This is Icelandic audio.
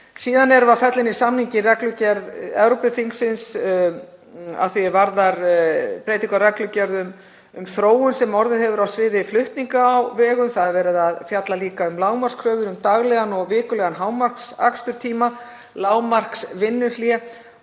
Síðan erum við að fella inn í samninginn reglugerð Evrópuþingsins að því er varðar breytingu á reglugerð um þróun sem orðið hefur á sviði flutninga á vegum. Það er líka verið að fjalla um lágmarkskröfur um daglegan og vikulegan hámarksaksturstíma, lágmarksvinnuhlé